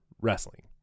wrestling